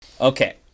Okay